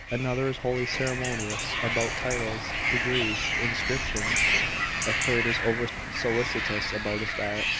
another is wholly ceremonious about titles, degrees, inscriptions a third is over-solicitous about his diet,